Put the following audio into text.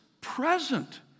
present